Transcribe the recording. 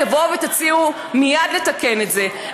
תבואו ותציעו מייד לתקן את זה,